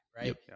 right